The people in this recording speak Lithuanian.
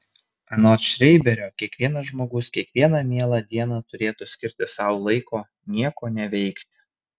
anot šreiberio kiekvienas žmogus kiekvieną mielą dieną turėtų skirti sau laiko nieko neveikti